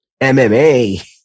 MMA